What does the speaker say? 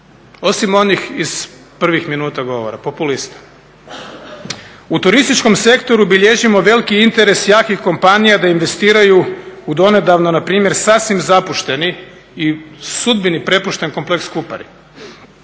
osim onih iz prvih minuta govora, populista. U turističkom sektoru bilježimo veliki interes jakih kompanija da investiraju u donedavno npr. sasvim zapušteni i sudbini prepušten kompleks Kupari.